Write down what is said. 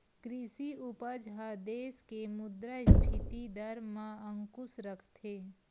कृषि उपज ह देस के मुद्रास्फीति दर म अंकुस रखथे